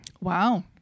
Wow